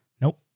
Nope